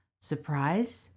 Surprise